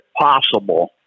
possible